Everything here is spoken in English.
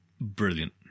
brilliant